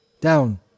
Down